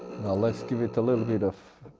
now let's give it a little bit of